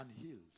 unhealed